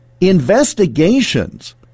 investigations